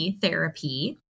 therapy